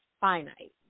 finite